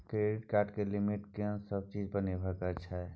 Credit card के limit कोन सब चीज पर निर्भर करै छै?